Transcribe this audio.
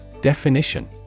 Definition